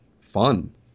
fun